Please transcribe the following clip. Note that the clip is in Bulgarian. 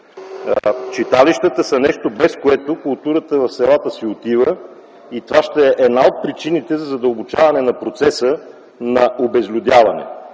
Читалищата са нещо, без което културата в селата си отива. Това ще е една от причините за задълбочаване на процеса на обезлюдяване.